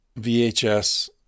VHS